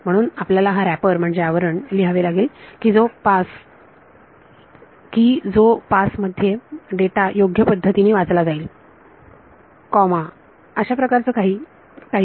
म्हणून आपल्याला हा रॅपर म्हणजे आवरण लिहावे लागेल की जो पास मध्ये डेटा योग्य पद्धतीने वाचला जाईल कॉमा अशा प्रकारचं काही